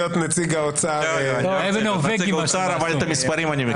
--- את המספרים אני מכיר.